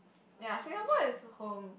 ya Singapore is home